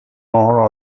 more